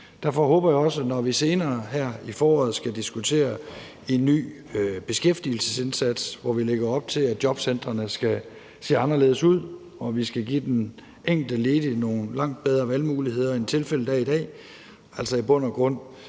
Derfor håber jeg også, når vi senere her i foråret skal diskutere en ny beskæftigelsesindsats, hvor vi lægger op til, at jobcentrene skal se anderledes ud og vi skal give den enkelte ledige nogle langt bedre valgmuligheder, end tilfældet er i dag, altså i bund og grund